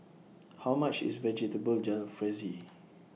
How much IS Vegetable Jalfrezi